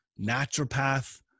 naturopath